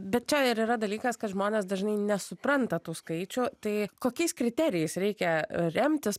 bet čia ir yra dalykas kad žmonės dažnai nesupranta tų skaičių tai kokiais kriterijais reikia remtis